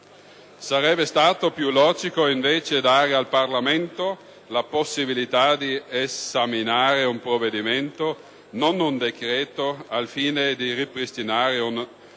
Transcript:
Sarebbe stato più logico, invece, dare al Parlamento la possibilità di esaminare un provvedimento, non un decreto, al fine di ripristinare un maggiore